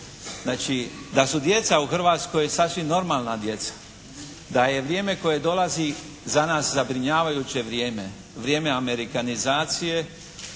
Znači, da su djeca u Hrvatskoj sasvim normalna djeca, da je vrijeme koje dolazi za nas zabrinjavajuće vrijeme, vrijeme amerikanizacije,